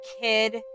kid